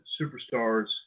superstars